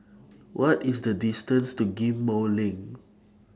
What IS The distance to Ghim Moh LINK